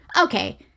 Okay